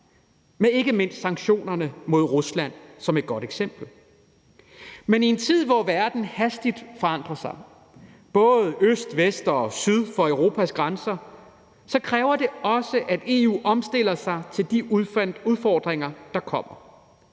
med ikke mindst sanktionerne mod Rusland som et godt eksempel. Men i en tid, hvor verden hastigt forandrer sig, både øst, vest og syd for Europas grænser, kræver det også, at EU omstiller sig til de udfordringer, der kommer.